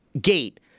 gate